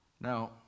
Now